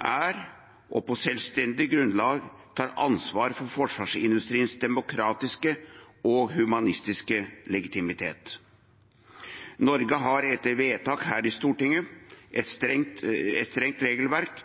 på selvstendig grunnlag tar ansvar for forsvarsindustriens demokratiske og humanistiske legitimitet. Norge har, etter vedtak her i Stortinget, et strengt